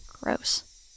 gross